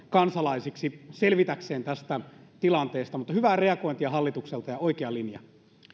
kansalaisiksi selvitäkseen tästä tilanteesta mutta hyvää reagointia hallitukselta ja oikea linja